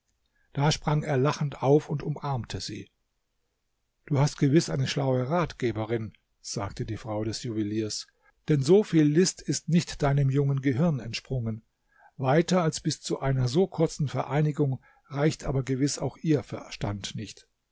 da sprang er lachend auf und umarmte sie du hast gewiß eine schlaue ratgeberin sagte die frau des juweliers denn so viel list ist nicht deinem jungen gehirn entsprungen weiter als bis zu einer so kurzen vereinigung reicht aber gewiß auch ihr verstand nicht